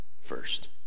first